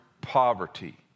poverty